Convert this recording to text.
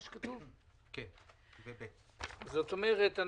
(תיקון), התש''ף